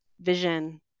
vision